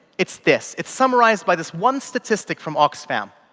it's this, it's summarized by this one statistic from oxfam.